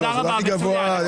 זה לא הכי גבוה.